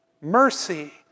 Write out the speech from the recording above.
Mercy